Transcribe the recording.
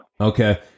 Okay